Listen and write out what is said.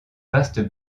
vaste